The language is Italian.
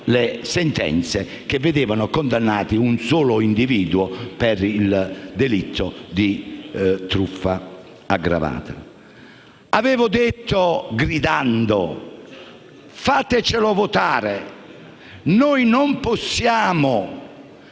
le sentenze che vedevano condannato un solo individuo per il delitto di truffa aggravata. Avevo chiesto - gridando - di permetterci di votare. Noi non possiamo